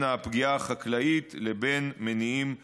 הפגיעה החקלאית לבין מניעים לאומניים.